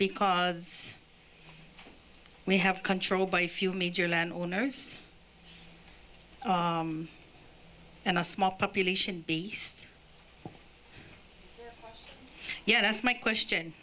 because we have control by a few major land owners and a small population beast yeah that's my question